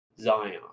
Zion